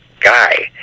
guy